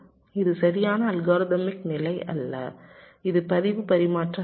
இது சரியான அல்காரிதமிக் நிலை அல்ல இது பதிவு பரிமாற்ற நிலை